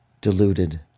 Deluded